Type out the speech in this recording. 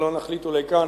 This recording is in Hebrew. אנחנו אולי לא נחליט כאן,